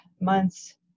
months